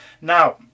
now